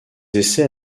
essais